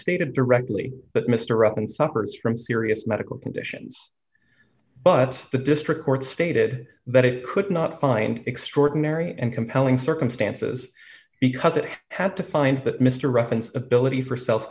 stated directly but mr up in suburbs from serious medical conditions but the district court stated that it could not find extraordinary and compelling circumstances because it had to find that mr ruffin's ability for self